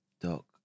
Doc